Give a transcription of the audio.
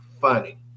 funny